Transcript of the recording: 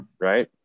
Right